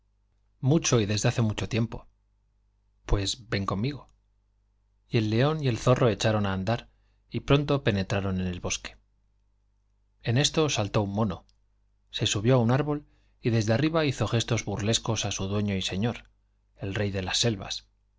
mucho y desde hace mucho tiempo pues ven conmigo y el león y el zorro echaron á andar y pronto pene traron en el bosque en esto saltó un mono se subió á un árbol y desde arriba hizo gestos burlescos á su dueño y señor el rey de las selvas